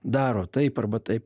daro taip arba taip